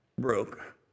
broke